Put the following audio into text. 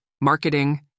marketing